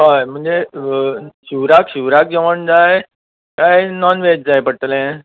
हय म्हणजे शिवराक शिवराक जेवण जाय कांय नोनवेज जाय पडटलें